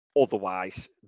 otherwise